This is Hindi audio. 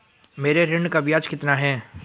मेरे ऋण का ब्याज कितना है?